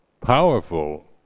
powerful